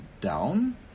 down